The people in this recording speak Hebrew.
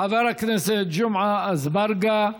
חבר הכנסת ג'מעה אזברגה,